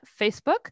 Facebook